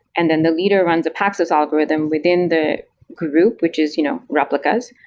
and then the leader runs a paxos algorithm within the group, which is you know replicas.